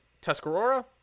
Tuscarora